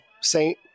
Saint